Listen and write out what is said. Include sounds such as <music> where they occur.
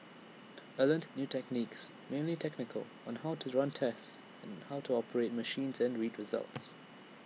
I learnt new techniques mainly technical on how to run tests <hesitation> how to operate machines and read results